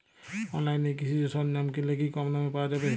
অনলাইনে কৃষিজ সরজ্ঞাম কিনলে কি কমদামে পাওয়া যাবে?